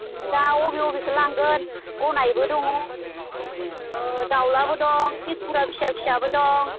दा अबे अबेखौ लांगोन गनायबो दं दाउलाबो दं दिखुरा फिसा फिसाबो दं